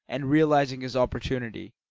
and realising his opportunity,